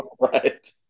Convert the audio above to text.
Right